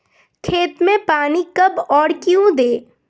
खेत में पानी कब और क्यों दें?